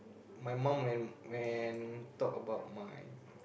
my mum when when talk about my